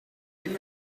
with